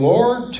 Lord